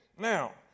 Now